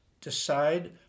decide